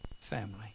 family